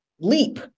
leap